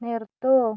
നിർത്തൂ